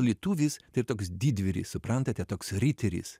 lietuvis tai yra toks didvyris suprantate toks riteris